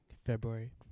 February